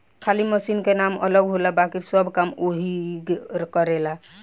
खाली मशीन के नाम अलग होला बाकिर सब काम ओहीग करेला